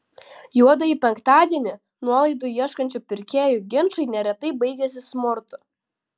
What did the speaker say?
juodąjį penktadienį nuolaidų ieškančių pirkėjų ginčai neretai baigiasi smurtu